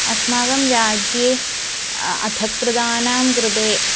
अस्माकं राज्ये अथ कृतानां कृते